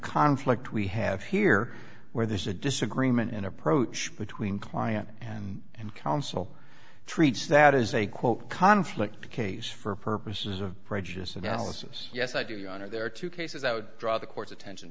conflict we have here where there's a disagreement in approach between client and and counsel treats that is a quote conflict the case for purposes of prejudice analysis yes i do know there are two cases i would draw the court's attention